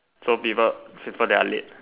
so prefer people that are late